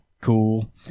cool